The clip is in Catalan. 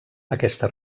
aquesta